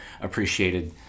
appreciated